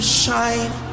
shine